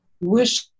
wish